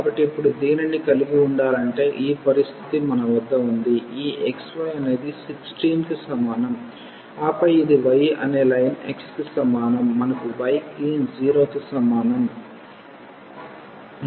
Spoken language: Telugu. కాబట్టి ఇప్పుడు దీనిని కలిగి ఉండాలంటే ఈ పరిస్థితి మన వద్ద ఉంది ఈ xy అనేది 16 కి సమానం ఆపై ఇది y అనే లైన్ x కి సమానం మనకు y కి 0 కి సమానం మరియు x విలువ 8 కి సమానం